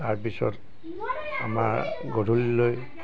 তাৰপিছত আমাৰ গধূলিলৈ